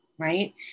right